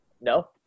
No